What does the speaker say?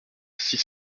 six